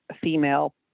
female